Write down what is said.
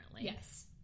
yes